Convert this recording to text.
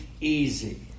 Easy